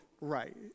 right